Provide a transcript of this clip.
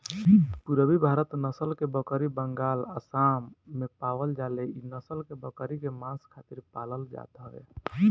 पुरबी भारत नसल के बकरी बंगाल, आसाम में पावल जाले इ नसल के बकरी के मांस खातिर पालल जात हवे